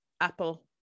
apple